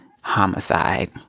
homicide